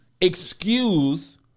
excuse